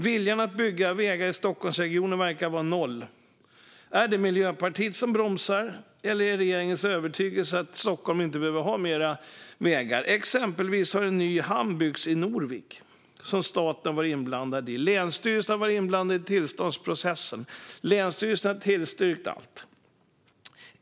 Viljan att bygga vägar i Stockholmsregionen verkar vara noll. Är det Miljöpartiet som bromsar, eller är regeringens övertygelse att Stockholm inte behöver ha mer vägar? Exempelvis har det byggts en ny hamn i Norvik som staten har varit inblandad i. Länsstyrelsen har varit inblandad i tillståndsprocessen och tillstyrkt allt.